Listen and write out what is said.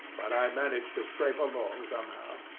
but i managed to scrape along somehow.